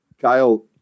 Kyle